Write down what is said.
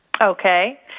Okay